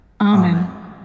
Amen